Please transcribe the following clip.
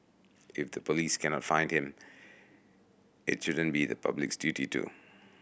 if the police cannot find him it shouldn't be the public's duty to